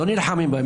לא נלחמים בהם.